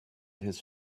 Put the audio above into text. his